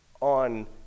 on